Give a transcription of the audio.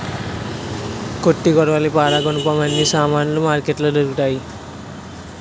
కత్తి కొడవలి పారా గునపం అన్ని సామానులు మార్కెట్లో దొరుకుతాయి